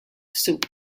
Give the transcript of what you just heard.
soup